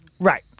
Right